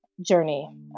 journey